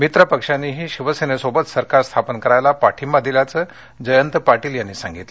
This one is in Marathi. मित्रपक्षांनीही शिवसेनेसोबत सरकार स्थापन करायला पाठिंबा दिल्याचं जयंत पाटील यांनी सांगितलं